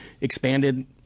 expanded